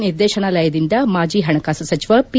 ನಿರ್ದೇಶನಾಲಯದಿಂದ ಮಾಜಿ ಹಣಕಾಸು ಸಚಿವ ಪಿ